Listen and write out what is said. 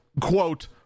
quote